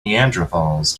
neanderthals